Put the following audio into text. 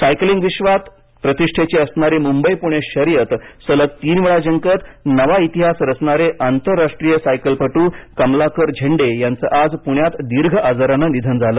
cycling विश्वात प्रतिष्ठेची असणारी मुंबई पुणे शर्यत सलग तीन वेळा जिंकत नवा इतिहास रचणारे आंतरराष्ट्रीय सायकल पटू कमलाकर झेंडे यांच आज पुण्यात दीर्घ आजाराने निधन झाले